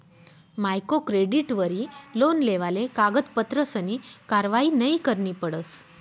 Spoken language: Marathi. मायक्रो क्रेडिटवरी लोन लेवाले कागदपत्रसनी कारवायी नयी करणी पडस